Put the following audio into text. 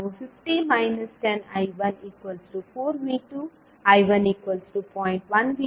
ನಾವು 50 10I1 4V2 I1 0